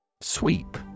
Sweep